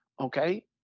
okay